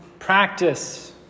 Practice